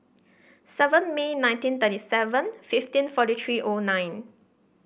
seven May nineteen thirty seven fifteen forty three O nine